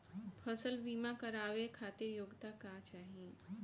फसल बीमा करावे खातिर योग्यता का चाही?